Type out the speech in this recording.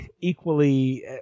equally